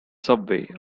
subway